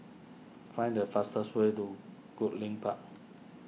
find the fastest way to Goodlink Park